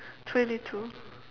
twenty two